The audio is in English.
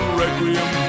requiem